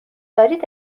دارید